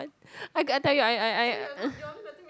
I tell you I I I